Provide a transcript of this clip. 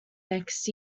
next